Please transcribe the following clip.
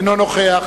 אינו נוכח